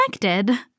connected